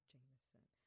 Jameson